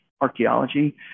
archaeology